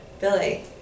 Billy